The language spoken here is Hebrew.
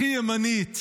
הכי ימנית,